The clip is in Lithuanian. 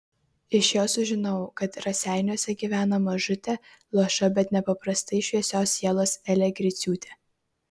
iš jo sužinojau kad raseiniuose gyvena mažutė luoša bet nepaprastai šviesios sielos elė griciūtė